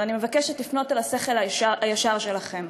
אבל אני מבקשת לפנות אל השכל הישר שלכם,